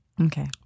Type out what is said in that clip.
Okay